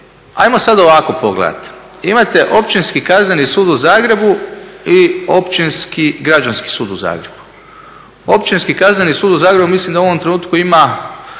hajmo sad ovako pogledati. Imate Općinski kazneni sud u Zagrebu i Općinski građanski sud u Zagrebu. Općinski kazneni sud u Zagrebu mislim da u ovom trenutku ima